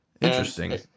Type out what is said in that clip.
Interesting